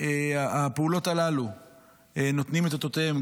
הפעולות הללו נותנות את אותותיהם,